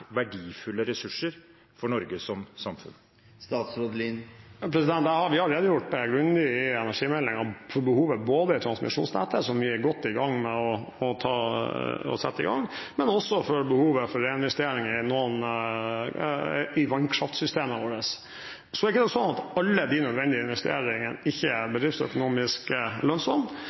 verdifulle ressurser for Norge som samfunn? Vi har redegjort grundig i energimeldingen for behovet i transmisjonsnettet, der vi er godt i gang, og også for behovet for reinvesteringer i vannkraftsystemene våre. Så er det ikke slik at alle de nødvendige investeringene ikke er bedriftsøkonomisk